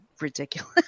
ridiculous